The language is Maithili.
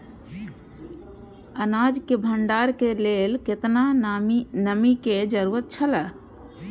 अनाज के भण्डार के लेल केतना नमि के जरूरत छला?